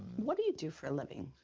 what do you do for a living?